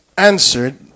answered